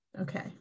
Okay